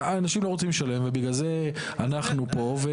אנשים לא רוצים לשלם, ובגלל זה אנחנו פה.